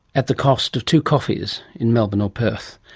at the cost of two coffees in melbourne or perth.